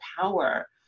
power